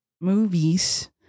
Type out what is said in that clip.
movies